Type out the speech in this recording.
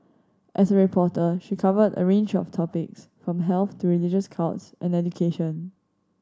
as a reporter she covered a range of topics from health to religious cults and education